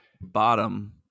bottom